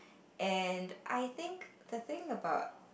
and I think the thing about